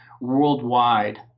worldwide